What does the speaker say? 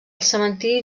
cementiri